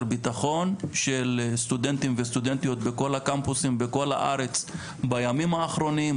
ביטחון של סטודנטים וסטודנטיות בכל הקמפוסים בכל הארץ בימים האחרונים,